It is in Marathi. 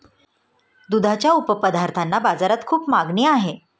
दुधाच्या उपपदार्थांना बाजारात खूप मागणी आहे